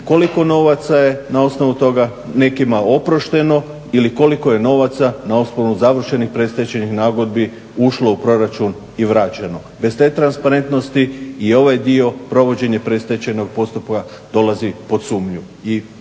koliko novaca je na osnovu toga nekima oprošteno ili koliko je novaca na osnovu završenih predstečajnih nagodbi ušlo u proračun i vraćeno. Bez te transparentnosti i ovaj dio provođenje predstečajnog postupka dolazi pod sumnju.